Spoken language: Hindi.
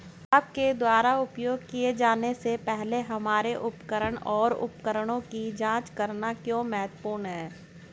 आपके द्वारा उपयोग किए जाने से पहले हमारे उपकरण और उपकरणों की जांच करना क्यों महत्वपूर्ण है?